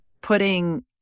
putting